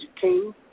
King